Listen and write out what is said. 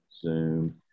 Zoom